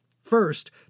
First